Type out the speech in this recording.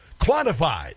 quantified